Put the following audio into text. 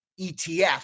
ETF